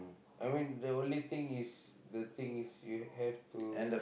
I mean the only thing is the thing is you have have to